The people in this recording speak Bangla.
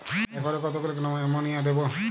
একরে কত কিলোগ্রাম এমোনিয়া দেবো?